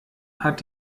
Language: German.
hat